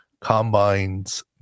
combines